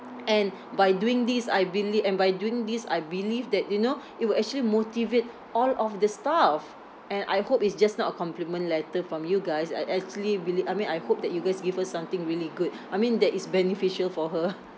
and by doing this I belie~ and by doing this I believe that you know it will actually motivate all of the staff and I hope it's just not a compliment letter from you guys I actually really I mean I hope that you guys give her something really good I mean that is beneficial for her